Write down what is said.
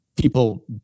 People